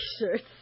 shirts